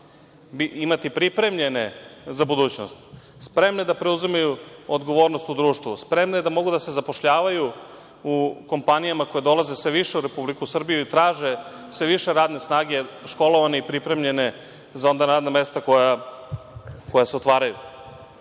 imati pripremljene za budućnost, spremne da preuzimaju odgovornost u društvu, spremne da mogu da se zapošljavaju u kompanijama koje dolaze sve više u Republiku Srbiju i traže sve više radne snage, školovane i pripremljene za radna mesta koja se otvaraju.